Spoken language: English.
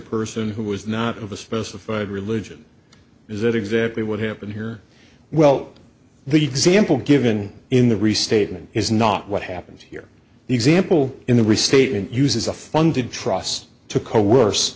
person who was not of a specified religion is that exactly what happened here well the example given in the restatement is not what happened here the example in the restatement uses a funded trust to cowor